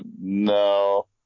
no